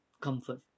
comfort